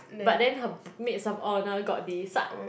but then her p~ maids of honor got this so